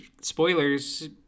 spoilers